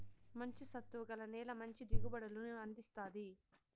మంచి సత్తువ గల నేల మంచి దిగుబడులను అందిస్తాది